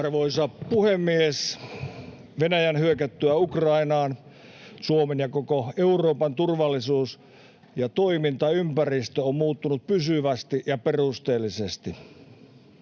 Arvoisa puhemies! Venäjän hyökättyä Ukrainaan Suomen ja koko Euroopan turvallisuus- ja toimintaympäristö on muuttunut pysyvästi ja perusteellisesti.